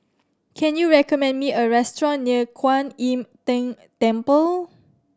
can you recommend me a restaurant near Kwan Im Tng Temple